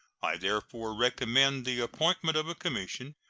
i therefore recommend the appointment of a commission,